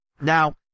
Now